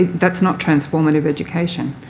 that's not transformative education.